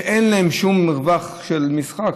שאין להם שום מרווח של משחק,